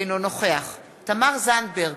אינו נוכח תמר זנדברג,